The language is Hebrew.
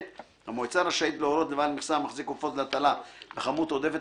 (ב)המועצה רשאית להורות לבעל מכסה המחזיק עופות להטלה בכמות עודפת